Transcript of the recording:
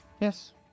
Yes